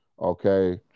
okay